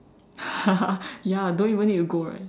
ya don't even need to go right